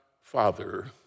Father